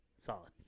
solid